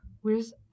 Where's-